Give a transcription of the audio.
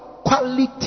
Quality